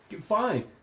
Fine